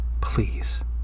please